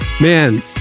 Man